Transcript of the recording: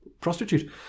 prostitute